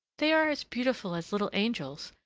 they are as beautiful as little angels,